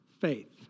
faith